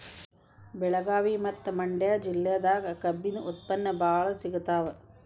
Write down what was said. ಬೆಳಗಾವಿ ಮತ್ತ ಮಂಡ್ಯಾ ಜಿಲ್ಲೆದಾಗ ಕಬ್ಬಿನ ಉತ್ಪನ್ನ ಬಾಳ ಸಿಗತಾವ